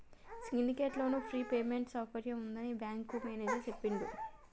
syndicate loan prepayment సౌకర్యం ఉంటుందని bank manager చెప్పిండ్రు